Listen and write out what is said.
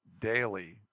daily